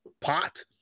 pot